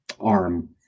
arm